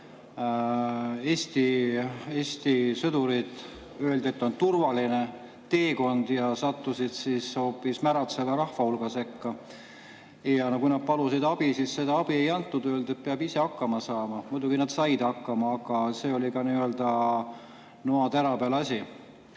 Eesti sõduritele öeldi, et on turvaline teekond, ja sattusid hoopis märatseva rahvahulga sekka. Kui nad palusid abi, siis seda abi ei antud, öeldi, et peab ise hakkama saama. Muidugi nad said hakkama, aga see oli nii-öelda noatera peal asi.